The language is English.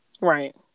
Right